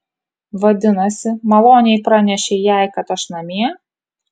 vadinasi maloniai pranešei jai kad aš namie